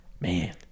man